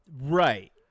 Right